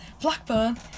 Blackburn